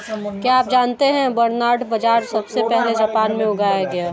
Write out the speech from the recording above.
क्या आप जानते है बरनार्ड बाजरा सबसे पहले जापान में उगाया गया